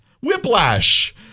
Whiplash